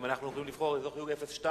אם אנחנו יכולים לבחור אזור חיוג 02,